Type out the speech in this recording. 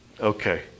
Okay